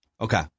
Okay